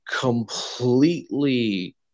completely